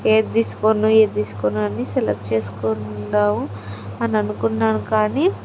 ఏది తీసుకోను ఏది తీసుకోను అని సెలెక్ట్ చేసుకుందాం అని అనుకున్నాను కానీ